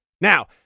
Now